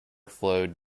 flowed